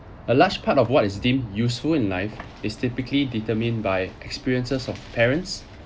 a large part of what is deemed useful in life is typically determined by experiences of parents